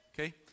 Okay